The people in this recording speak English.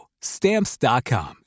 Stamps.com